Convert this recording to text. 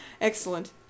Excellent